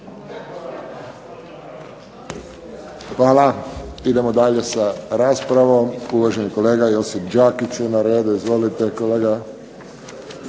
Hvala. Idemo dalje sa raspravom. Uvaženi kolega Josip Đakić je na redu. Izvolite, kolega.